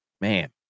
Man